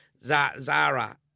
Zara